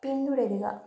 പിന്തുടരുക